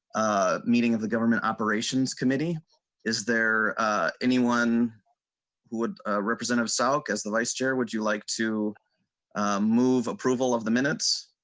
a meeting of the government operations committee is there anyone who would represent of south because the moisture would you like to a move approval of the minutes.